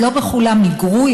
אז לא בכולן מיגרו,